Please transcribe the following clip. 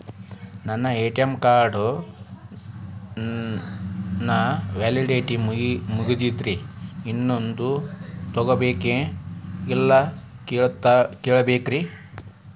ನನ್ನ ATM card ನ validity ಮುಗದದ್ರಿ ಇನ್ನೊಂದು ತೊಗೊಬೇಕ್ರಿ ಎಲ್ಲಿ ಕೇಳಬೇಕ್ರಿ?